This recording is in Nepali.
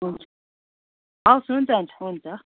हुन्छ हवस् हुन्छ हुन्छ हुन्छ